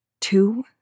two